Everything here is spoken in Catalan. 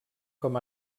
com